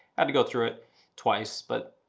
i had to go through it twice but